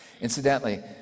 Incidentally